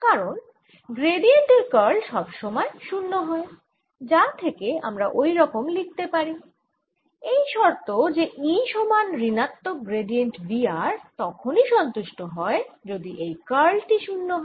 কারণ গ্র্যাডিয়েন্ট এর কার্ল সব সময় 0 হয় যা থেকে আমরা ওই রকম লিখতে পারি এই শর্ত যে E সমান ঋণাত্মক গ্র্যাডিয়েন্ট V r তখনই সন্তুষ্ট হয় যদি এই কার্ল টি 0 হয়